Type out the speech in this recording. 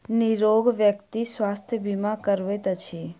निरोग व्यक्ति स्वास्थ्य बीमा करबैत अछि